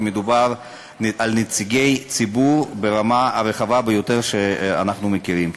כי מדובר על נציגי ציבור ברמה הרחבה ביותר שאנחנו מכירים,